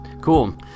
Cool